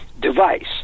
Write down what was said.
device